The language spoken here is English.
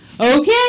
okay